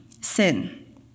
sin